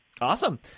Awesome